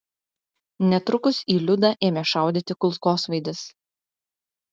netrukus į liudą ėmė šaudyti kulkosvaidis